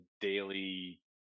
daily